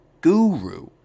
guru